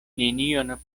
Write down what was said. nenion